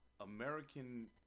American